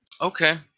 Okay